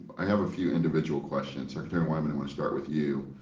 i have a few individual questions. secretary wyman, i want to start with you.